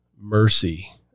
mercy